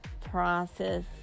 process